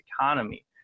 economy